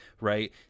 right